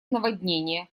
наводнения